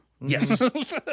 Yes